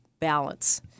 balance